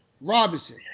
Robinson